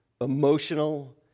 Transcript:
emotional